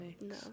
No